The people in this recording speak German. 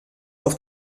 auf